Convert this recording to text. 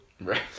right